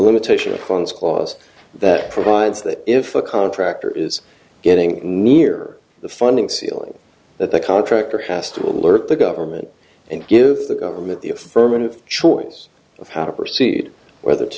limitation of funds clause that provides that if a contractor is getting near the funding ceiling that the contractor has to alert the government and give the government the affirmative choice of how to proceed whether